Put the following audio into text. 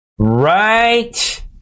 Right